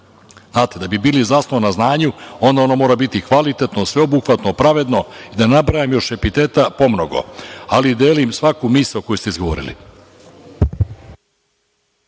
da bi bilo zasnovano na znanju, onda ono mora biti i kvalitetno, sveobuhvatno, pravedno i da ne nabrajam još epiteta pomnogo. Ali, delim svaku misao koju ste izgovorili.